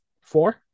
Four